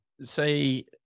say